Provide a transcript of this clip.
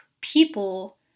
people